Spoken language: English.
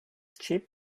cheap